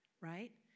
right